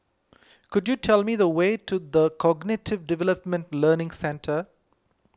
could you tell me the way to the Cognitive Development Learning Centre